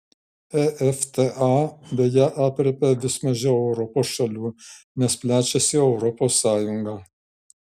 efta beje aprėpia vis mažiau europos šalių nes plečiasi europos sąjunga